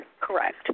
Correct